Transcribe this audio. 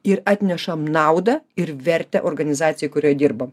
ir atnešam naudą ir vertę organizacijai kurioj dirbam